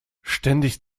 ständig